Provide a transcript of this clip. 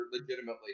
legitimately